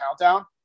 countdown